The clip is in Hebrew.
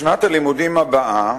בשנת הלימודים הבאה